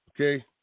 Okay